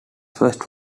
first